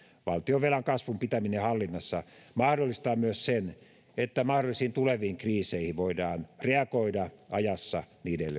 valtionvelan kasvun pitäminen hallinnassa mahdollistaa myös sen että mahdollisiin tuleviin kriiseihin voidaan reagoida ajassa niiden